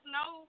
no